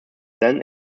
then